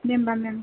दे होनबा मेम